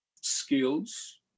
skills